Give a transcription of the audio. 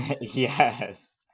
Yes